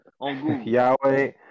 Yahweh